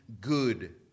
good